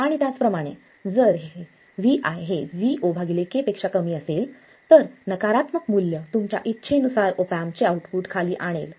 आणि त्याचप्रमाणे जर Vi हे Vo k पेक्षा कमी असेल तर नकारात्मक मूल्य तुमच्या इच्छेनुसार ऑप एम्पचे आउटपुट खाली आणेल